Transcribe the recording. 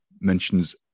mentions